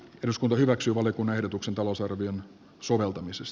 eduskunta hyväksyy valiokunnan ehdotuksen talousarvion soveltamises